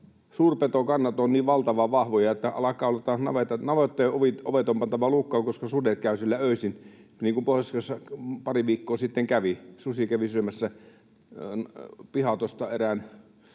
Suurpetokannat ovat niin valtavan vahvoja, että navettojen ovet on pantava lukkoon, koska sudet käyvät siellä öisin, niin kuin Pohjois-Karjalassa pari viikkoa sitten kävi. Susi kävi syömässä pihatosta erään